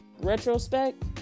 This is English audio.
retrospect